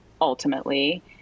ultimately